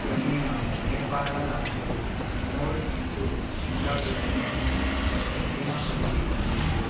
ಕ್ರಮೇಣ ನೇಪಾಳ ರಾಜ್ಯವು ಸಿರ್ಮೌರ್ ಮತ್ತು ಶಿಮ್ಲಾಗಳನ್ನು ಸ್ವಾಧೀನಪಡಿಸಿಕೊಂಡಿತು